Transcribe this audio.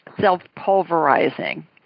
self-pulverizing